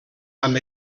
amb